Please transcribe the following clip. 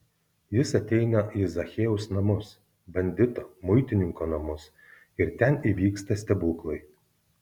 jis ateina į zachiejaus namus bandito muitininko namus ir ten įvyksta stebuklai